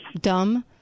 dumb